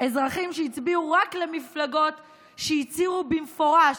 אזרחים שהצביעו רק למפלגות שהצהירו במפורש